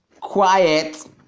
quiet